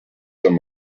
some